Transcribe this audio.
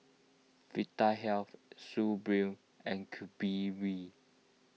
Vitahealth Suu Balm and Bee